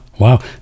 Wow